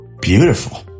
beautiful